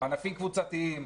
ענפים קבוצתיים.